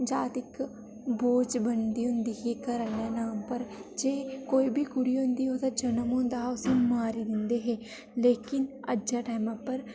जां इक बनदी होंदी ही घरेंआह्लें दा पर जे कोई बी कुड़ी होंदी ही ओह्दा जन्म होंदा हा उसी मारी दिंदे हे लेकिन अज्जै दे टैमें पर